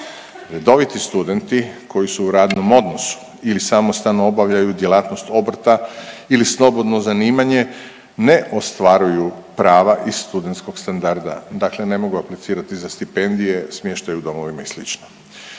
Redoviti studenti koji su u radnom odnosu ili samostalno obavljaju djelatnost obrta ili slobodno zanimanje ne ostvaruju prava iz studentskog standarda. Dakle, ne mogu aplicirati za stipendije, smještaj u domovima i